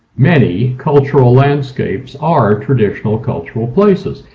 many, cultural landscapes are traditional cultural places,